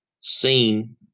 seen